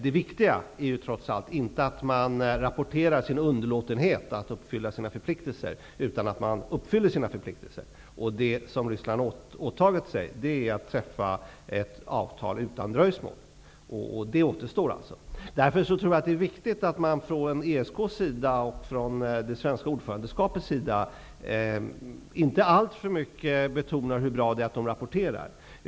Det viktiga är trots allt inte att man rapporterar sin underlåtenhet att uppfylla sina förpliktelser utan att man uppfyller dem. Ryssland har åtagit sig att träffa ett avtal utan dröjsmål, och det återstår. Jag tror därför att det är viktigt att man från ESK:s sida och från Sveriges sida, såsom varande ordförande, inte alltför mycket betonar hur bra det är att Ryssland rapporterar.